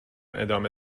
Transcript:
ادامه